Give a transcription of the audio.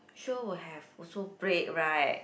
sure will have also break right